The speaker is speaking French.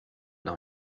dans